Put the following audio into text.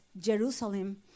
Jerusalem